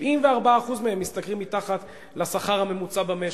74% מהם משתכרים מתחת לשכר הממוצע במשק.